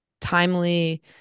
timely